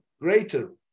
greater